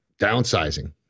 Downsizing